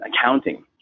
accounting